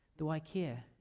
do i care?